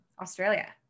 Australia